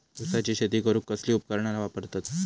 ऊसाची शेती करूक कसली उपकरणा वापरतत?